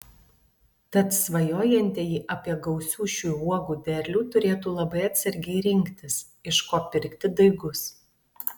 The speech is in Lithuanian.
tad svajojantieji apie gausių šių uogų derlių turėtų labai atsargiai rinktis iš ko pirkti daigus